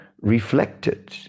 reflected